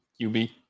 QB